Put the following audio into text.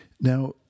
now